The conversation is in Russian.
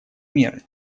меры